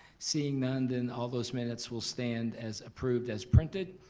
seeing none then all those minutes will stand as approved as printed,